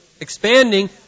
expanding